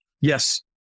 Yes